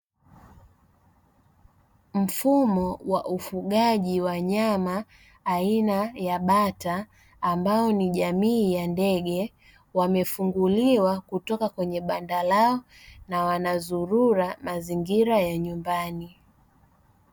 Mfumo wa ufugaji wa wanyama aina ya bata, ambao ni jamii ya ndege, wamefunguliwa kutoka kwenye banda lao, na wanazura mazingira ya nyumbani.